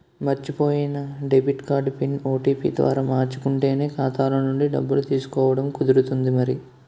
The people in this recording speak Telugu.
మర్చిపోయిన డెబిట్ కార్డు పిన్, ఓ.టి.పి ద్వారా మార్చుకుంటేనే ఖాతాలో నుండి డబ్బులు తీసుకోవడం కుదురుతుంది మరి